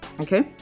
Okay